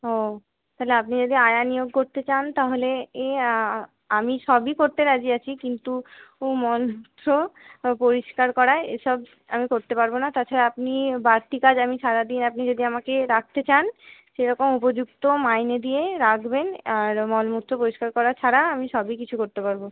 ও তাহলে আপনি যদি আয়া নিয়োগ করতে চান তাহলে আমি সবই করতে রাজি আছি কিন্তু ও মলমূত্র পরিষ্কার করা এসব আমি করতে পারবো না তাছাড়া আপনি বাড়তি কাজ আমি সারাদিন আপনি যদি আমাকে রাখতে চান সেরকম উপযুক্ত মাইনে দিয়ে রাখবেন আর মলমূত্র পরিষ্কার করা ছাড়া আমি সবই কিছু করতে পারবো